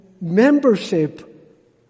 membership